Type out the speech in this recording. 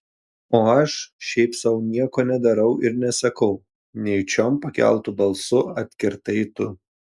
o aš šiaip sau nieko nedarau ir nesakau nejučiom pakeltu balsu atkirtai tu